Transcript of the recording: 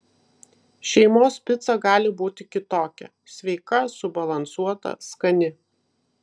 šeimos pica gali būti kitokia sveika subalansuota skani